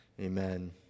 Amen